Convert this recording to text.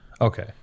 Okay